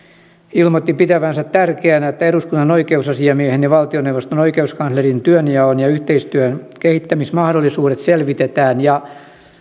ilmoitti pitävänsä tärkeänä että eduskunnan oikeusasiamiehen ja valtioneuvoston oikeuskanslerin työnjaon ja yhteistyön kehittämismahdollisuudet selvitetään